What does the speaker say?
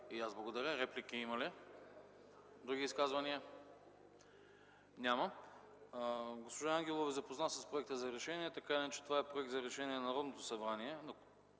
И аз благодаря. Реплики има ли? Няма. Други изказвания? Няма. Госпожа Ангелова ни запозна с проекта за решение. Тъй като обаче проектът за решение на Народното събрание